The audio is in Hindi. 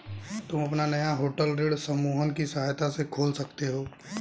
तुम अपना नया होटल ऋण समूहन की सहायता से खोल सकते हो